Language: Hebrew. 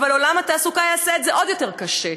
אבל עולם התעסוקה יעשה את זה עוד יותר קשה.